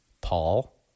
Paul